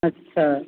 अच्छा